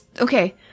okay